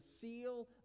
seal